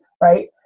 right